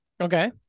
Okay